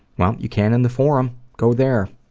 well, you can in the forum. go there.